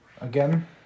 Again